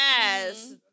Yes